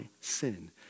sin